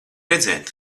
redzēt